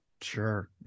Sure